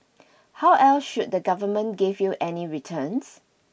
how else should the government give you any returns